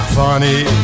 funny